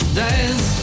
days